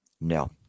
No